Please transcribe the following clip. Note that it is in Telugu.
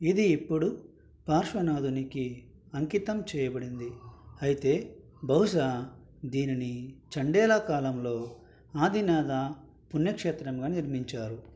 ఇది ఇప్పుడు పార్శ్వనాథునికి అంకితం చేయబడింది అయితే బహుశా దీనిని చండేలా కాలంలో ఆదినాథ పుణ్యక్షేత్రంగా నిర్మించారు